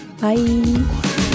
Bye